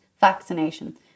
vaccination